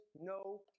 no